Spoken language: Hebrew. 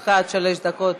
לרשותך עד שלוש דקות